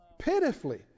pitifully